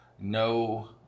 no